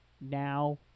now